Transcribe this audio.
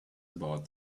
about